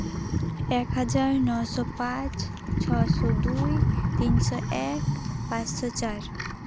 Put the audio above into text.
ᱮᱠᱦᱟᱡᱟᱨ ᱱᱚᱥᱚ ᱯᱟᱸᱪ ᱪᱷᱚᱥᱚ ᱫᱩᱭ ᱛᱤᱱᱥᱚ ᱮᱠ ᱯᱟᱸᱥᱥᱳ ᱪᱟᱨ